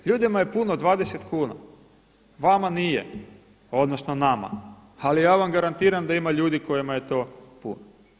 Ljudima je puno 20 kuna, vama nije, odnosno nama ali ja vam garantiram da ima ljudi kojima je to puno.